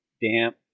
damp